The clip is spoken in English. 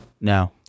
No